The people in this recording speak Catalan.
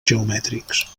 geomètrics